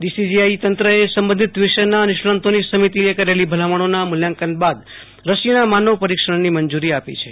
બીસીજીઆઈએ તંત્રએ સંબંધિત વિષયના નિષ્ણાતોની સમિતિએ કરેલી ભલામણોના મુલ્યાંકન બાદ રસીના માનવ પરીક્ષણની મંજૂરી આપી છે